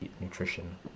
nutrition